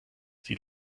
sie